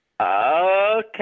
okay